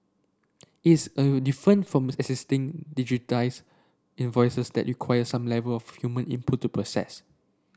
is different from existing digitised invoices that require some level of human input to process